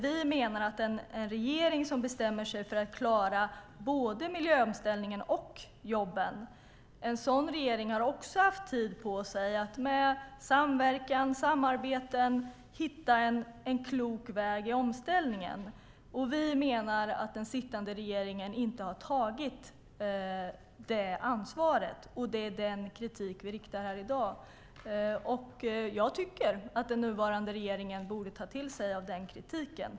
Vi menar att en regering som bestämmer sig för att klara både miljöomställningen och jobben också har haft tid på sig att med samverkan och samarbete hitta en klok väg i omställningen. Vi menar att den sittande regeringen inte har tagit det ansvaret. Det är den kritiken vi riktar här i dag. Jag tycker att den nuvarande regeringen borde ta till sig av den kritiken.